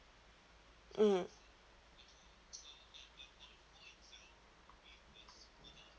mm